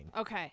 Okay